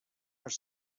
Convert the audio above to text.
are